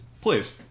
Please